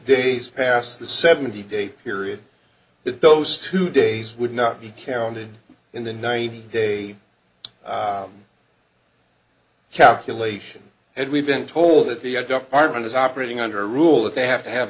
days past the seventy day period that those two days would not be counted in the ninety day calculation and we've been told that the arm is operating under a rule that they have to have